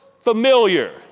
familiar